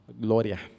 Gloria